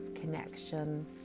connection